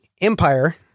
empire